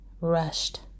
rushed